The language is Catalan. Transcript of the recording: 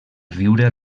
viure